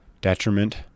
detriment